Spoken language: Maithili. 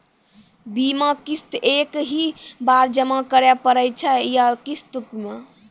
बीमा किस्त एक ही बार जमा करें पड़ै छै या किस्त मे?